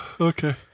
okay